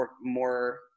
more –